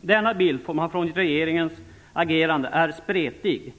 Den bild man får av regeringens agerande är spretig.